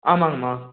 ஆமாங்கம்மா